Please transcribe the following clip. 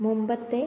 മുമ്പത്തെ